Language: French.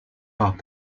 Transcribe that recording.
rares